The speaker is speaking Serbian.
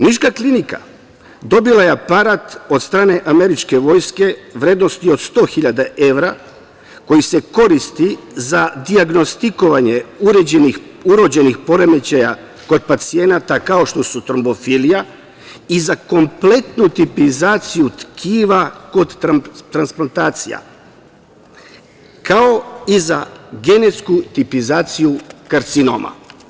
Niška klinika dobila je aparat od strane američke vojske u vrednosti od 100.000 evra, koji se koristi za dijagnostikovanje urođenih poremećaja kod pacijenata, kao što su trombofilija i za kompletnu tipizaciju tkiva kod transplantacija, kao i za genetsku tipizaciju karcinoma.